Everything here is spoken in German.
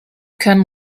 können